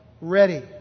ready